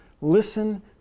listen